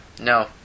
No